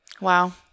Wow